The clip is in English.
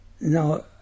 Now